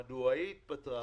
מדוע היא התפטרה,